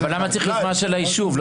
למה צריך יוזמה של היישוב?